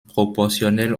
proportionnel